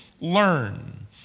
learn